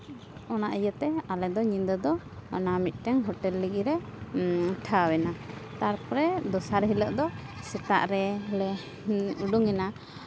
ᱚᱱᱟ ᱤᱭᱟᱹᱛᱮ ᱟᱞᱮ ᱫᱚ ᱧᱤᱫᱟᱹ ᱫᱚ ᱚᱱᱟ ᱢᱤᱫᱴᱮᱱ ᱦᱳᱴᱮᱞ ᱨᱮᱜᱮᱞᱮ ᱴᱷᱟᱶ ᱮᱱᱟ ᱛᱟᱨᱯᱚᱨᱮ ᱫᱚᱥᱟᱨ ᱦᱤᱞᱳᱜ ᱫᱚ ᱥᱮᱛᱟᱜ ᱨᱮᱞᱮ ᱩᱰᱩᱠᱮᱱᱟ